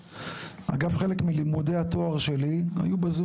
אגב חלק מלימודי התואר שלי היו בזום.